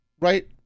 right